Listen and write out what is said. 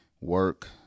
work